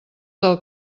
del